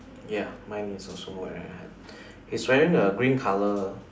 ya mine is also wearing a hat he's wearing a green color